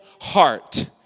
heart